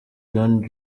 don